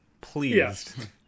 pleased